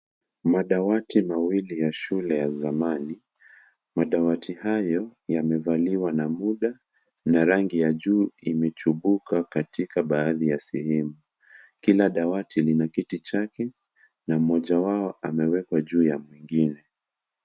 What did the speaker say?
Madawati mawili ya shule ya zamani. Madawati hayo, yamevaliwa na muda na rangi ya juu, imechipuka katika baadhi ya sehemu. Kila dawati lina kiti chake na moja wao amewekwa juu ya mwingine.